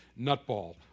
nutball